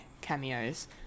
cameos